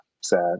sad